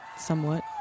somewhat